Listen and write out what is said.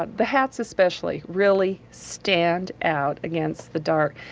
but the hats, especially, really stand out against the dark.